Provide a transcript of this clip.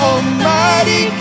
Almighty